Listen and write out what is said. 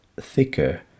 thicker